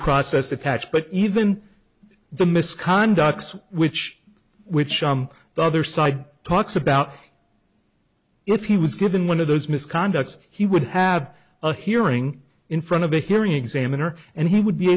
process attach but even the misconducts which which on the other side talks about if he was given one of those misconduct he would have a hearing in front of a hearing examiner and he would be